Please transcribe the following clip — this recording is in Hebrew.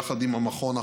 יחד עם המכון החרדי,